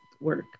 work